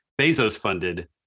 Bezos-funded